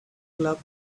club